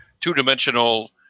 two-dimensional